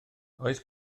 oes